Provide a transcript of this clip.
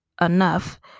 enough